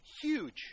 Huge